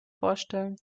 vorstellen